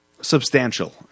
substantial